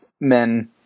men